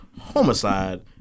homicide